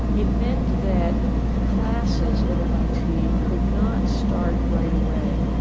it meant that classes at mit could not start right away.